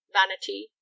vanity